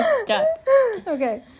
okay